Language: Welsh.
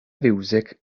fiwsig